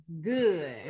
good